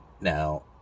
Now